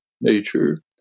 nature